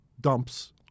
dumps